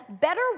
better